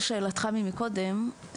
לשאלתך ממקודם,